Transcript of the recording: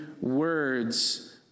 words